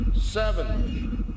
seven